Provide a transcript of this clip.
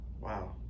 Wow